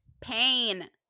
pain